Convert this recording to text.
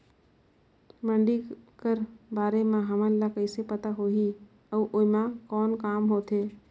मंडी कर बारे म हमन ला कइसे पता होही अउ एमा कौन काम होथे?